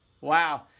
Wow